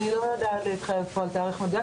אני לא יודעת להתחייב על תאריך מדויק,